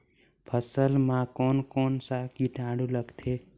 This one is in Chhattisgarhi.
फसल मा कोन कोन सा कीटाणु लगथे?